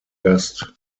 gast